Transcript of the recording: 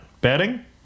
Betting